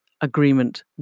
Agreement